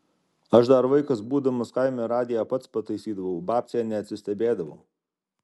aš dar vaikas būdamas kaime radiją pats pataisydavau babcė neatsistebėdavo